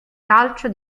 calcio